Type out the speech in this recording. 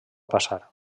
passar